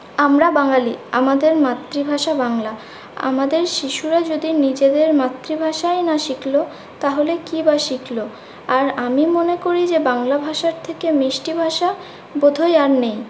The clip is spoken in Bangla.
আমরা বাঙালি আমাদের মাতৃভাষা বাংলা আমাদের শিশুরা যদি নিজেদের মাতৃভাষাই না শিখল তাহলে কী বা শিখল আর আমি মনে করি যে বাংলাভাষার থেকে মিষ্টি ভাষা বোধহয় আর নেই